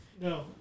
No